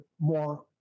more